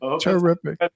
terrific